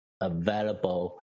available